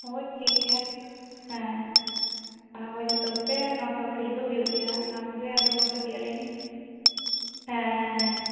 ᱦᱳᱭ ᱴᱷᱚᱠ ᱜᱮᱭᱟ ᱦᱮᱸ ᱚᱱᱟ ᱠᱚ ᱡᱚᱛᱚ ᱜᱮᱯᱮ ᱱᱚᱶᱟ ᱠᱚᱨᱮᱫ ᱠᱷᱮᱞ ᱫᱚ ᱦᱩᱭᱩᱜ ᱜᱮᱭᱟ ᱚᱱᱟ ᱠᱚᱜᱮ ᱟᱫᱚ ᱠᱟᱹᱴᱤᱡ ᱟᱹᱞᱤᱧ ᱦᱮᱸ ᱦᱮᱸ ᱦᱮᱸ